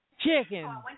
Chicken